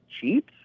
cheap